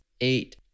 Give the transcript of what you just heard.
eight